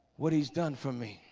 what he's done for me